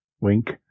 Wink